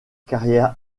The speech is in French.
carrière